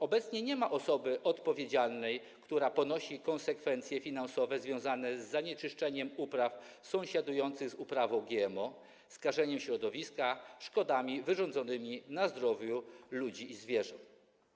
Obecnie nie ma osoby odpowiedzialnej, która poniesie konsekwencje finansowe związane z zanieczyszczeniem upraw sąsiadujących z uprawą GMO, skażeniem środowiska, szkodami wyrządzonymi zdrowiu ludzi i zwierząt.